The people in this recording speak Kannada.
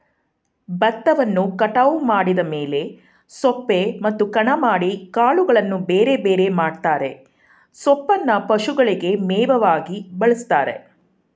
ಬತ್ತವನ್ನು ಕಟಾವು ಮಾಡಿದ ಮೇಲೆ ಸೊಪ್ಪೆ ಮತ್ತು ಕಣ ಮಾಡಿ ಕಾಳುಗಳನ್ನು ಬೇರೆಬೇರೆ ಮಾಡ್ತರೆ ಸೊಪ್ಪೇನ ಪಶುಗಳಿಗೆ ಮೇವಾಗಿ ಬಳಸ್ತಾರೆ